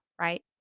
right